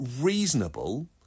reasonable